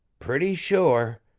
pretty sure.